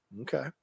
okay